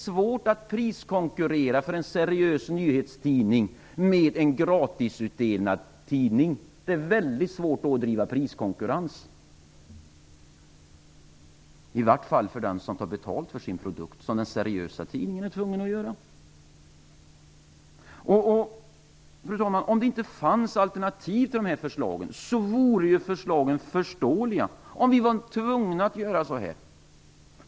Nej, men det är svårt för en seriös nyhetstidning att priskonkurrera med en gratisutdelad tidning. Det är väldigt svårt att i en sådan situation bedriva priskonkurrens - i varje fall för den som tar betalt för sin produkt, och det är ju en seriös tidning tvungen att göra. Fru talman! Om det inte fanns alternativ till framlagda förslag och om vi vore tvungna att göra på det sätt som det här talas om, skulle förslagen vara förståeliga.